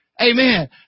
Amen